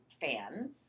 fan